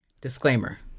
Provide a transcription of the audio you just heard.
Disclaimer